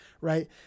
right